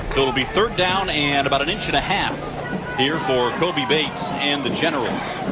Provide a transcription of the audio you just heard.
it will be third down and about an inch-and-a-half here for cobie bates and the generals.